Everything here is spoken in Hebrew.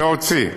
להוציא,